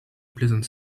pleasant